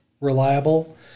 reliable